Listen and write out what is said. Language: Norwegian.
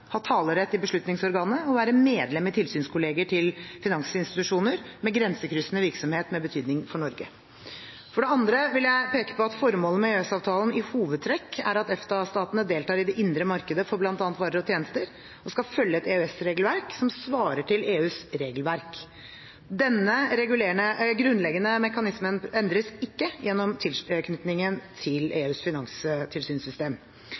ha talerett i beslutningsorganet og være medlem i tilsynskollegier til finansinstitusjoner med grensekryssende virksomhet med betydning for Norge. For det andre vil jeg peke på at formålet med EØS-avtalen i hovedtrekk er at EFTA-statene deltar i det indre markedet for bl.a. varer og tjenester, og skal følge et EØS-regelverk som svarer til EUs regelverk. Denne grunnleggende mekanismen endres ikke gjennom tilknytningen til